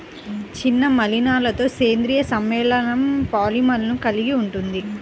చిన్న మలినాలతోసేంద్రీయ సమ్మేళనంపాలిమర్లను కలిగి ఉంటుంది